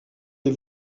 les